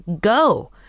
go